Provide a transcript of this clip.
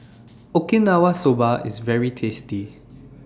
Okinawa Soba IS very tasty